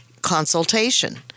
consultation